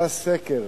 עשתה סקר